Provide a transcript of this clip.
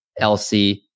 LC